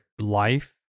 life